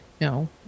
No